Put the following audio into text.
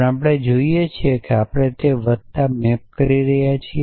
પણ આપણે જોઈએ કે આપણે તે વત્તા મેપ કહી રહ્યા છીએ